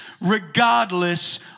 regardless